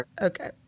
Okay